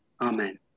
Amen